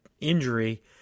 injury